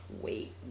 wait